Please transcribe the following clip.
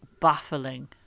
baffling